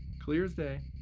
clear as day.